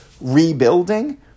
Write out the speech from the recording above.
rebuilding